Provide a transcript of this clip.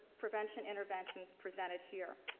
intervention intervention presented here.